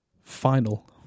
final